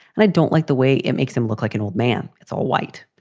and i don't like the way it makes him look like an old man. it's all white.